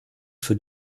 für